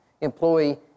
employee